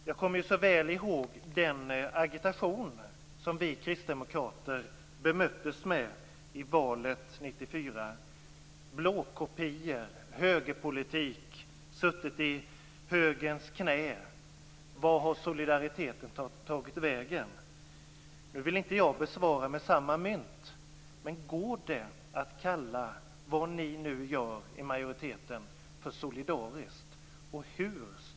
Jag kommer så väl ihåg den agitation som vi kristdemokrater bemöttes med i valet 1994. Det talades om blåkopior och högerpolitik. Det talades om att vi hade suttit i högerns knä. Och man frågade vart solidariteten hade tagit vägen. Nu vill inte jag svara med samma mynt. Men går det att kalla det som majoriteten nu gör för solidariskt?